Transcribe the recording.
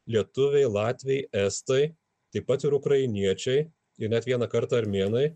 lietuviai latviai estai taip pat ir ukrainiečiai ir net vieną kartą armėnai